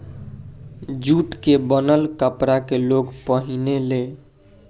jute के बनल कपड़ा के लोग पहिने ले